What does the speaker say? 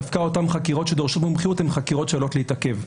דווקא אותן חקירות שדורשות מומחיות הן חקירות שעלולות להתעכב.